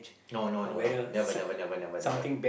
no no no no never never never never never